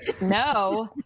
no